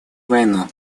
войну